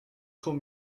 call